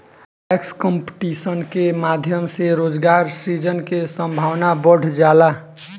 tax competition के माध्यम से रोजगार सृजन के संभावना बढ़ जाला